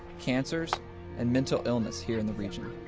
cancers and mental illness here in the region.